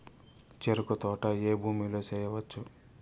చెరుకు తోట ఏ భూమిలో వేయవచ్చు?